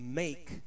make